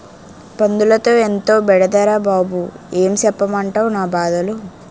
పందులతో ఎంతో బెడదరా బాబూ ఏం సెప్పమంటవ్ నా బాధలు